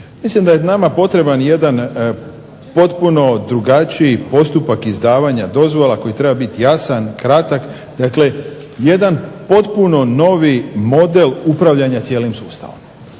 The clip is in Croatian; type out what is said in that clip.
Mislim da je nama potreban jedan potpuno drugačiji postupak izdavanja dozvola koji treba biti jasan, kratak. Dakle, jedan potpuno novi model upravljanja cijelim sustavom.